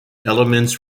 elements